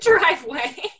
driveway